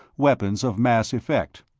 weapons of mass-effect.